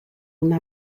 una